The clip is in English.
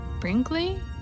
Brinkley